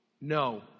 No